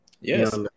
Yes